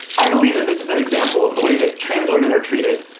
i believe that this is an example of the way that trans women are treated,